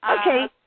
Okay